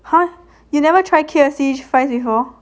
!huh! you never try K_F_C fries before